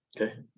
okay